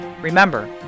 Remember